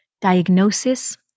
diagnosis